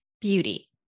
beauty